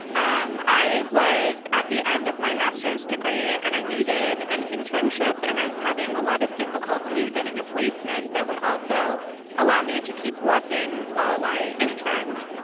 um i was at the end of my master's degree and i needed an internship and i was having a lot of difficulty getting a placement that would also allow me to keep working while i interned.